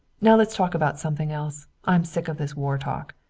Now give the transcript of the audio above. now let's talk about something else. i'm sick of this war talk.